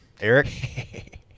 Eric